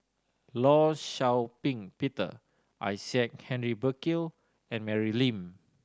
Law Shau Ping Peter Isaac Henry Burkill and Mary Lim